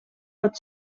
pot